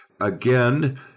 Again